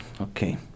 Okay